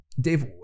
Dave